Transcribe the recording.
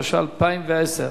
התש"ע 2010?